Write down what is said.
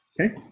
Okay